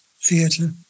theatre